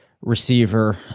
receiver